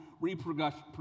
reproduction